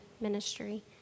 ministry